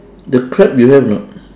the crab you have or not